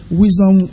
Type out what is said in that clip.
wisdom